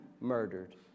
murdered